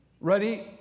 Ready